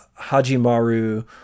hajimaru